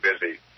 busy